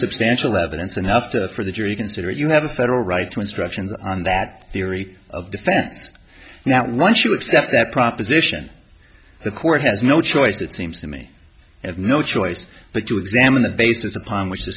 substantial evidence enough to for the jury consider it you have a federal right to instructions on that theory of defense that once you accept that proposition the court has no choice it seems to me i have no choice but to examine the basis upon which th